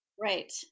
Right